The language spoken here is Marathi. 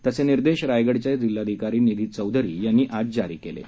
तसे निर्देश रायगडच्या जिल्हाधिकारी निधी चौधरी यांनी आज जारी केले आहेत